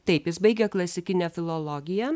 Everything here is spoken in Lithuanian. taip jis baigė klasikinę filologiją